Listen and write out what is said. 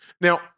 Now